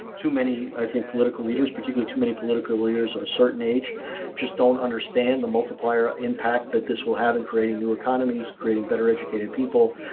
too many, i think, political leaders, particularly too many political leaders on a certain age just don't understand the multiplier impact that this will have in creating new economies, created better educated people,